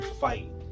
fight